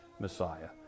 Messiah